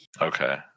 Okay